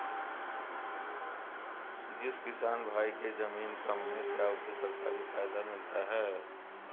जिस किसान भाई के ज़मीन कम है क्या उसे सरकारी फायदा मिलता है?